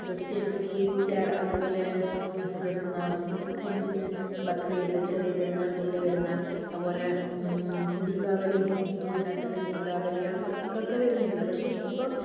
ക്രിസ്ത്യൻസിന് Easter അതുപോലെ Christmas മുസ്ലിംസിന് ബക്രീദ് ചെറിയ പെരുന്നാൾ വലിയ പെരുന്നാൾ അതുപോലെ ദീപാവലി ഹിന്ദൂസിന് ഒക്കെ ദീപാവലി അതൊക്കെ അതൊക്കെ വരുന്നുണ്ടല്ലോ പക്ഷേ ഇപ്പോൾ